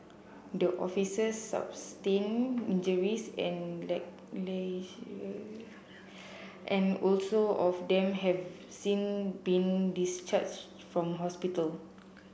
the officers sustained injuries and and also of them have since been discharged from hospital